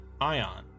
Ion